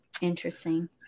Interesting